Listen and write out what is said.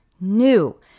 new